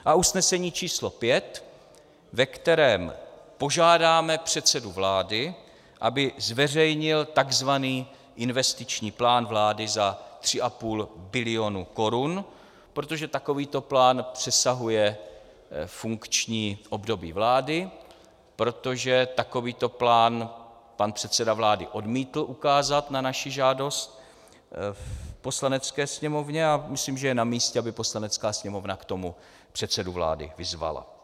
A usnesení číslo 5, ve kterém požádáme předsedu vlády, aby zveřejnil takzvaný investiční plán vlády za 3,5 bilionu korun, protože takovýto plán přesahuje funkční období vlády, protože takovýto plán pan předseda vlády odmítl ukázat na naši žádost v Poslanecké sněmovně a myslím, že je namístě, aby Poslanecká sněmovna k tomu předsedu vlády vyzvala.